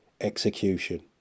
execution